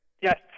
Yes